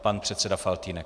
Pan předseda Faltýnek.